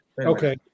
Okay